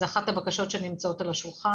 זו אחת הבקשות שנמצאות על השולחן.